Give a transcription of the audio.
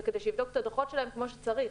וכדי שיבדוק את הדוחות שלהם כמו שצריך.